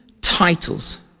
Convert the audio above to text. titles